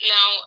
Now